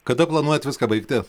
kada planuojat viską baigti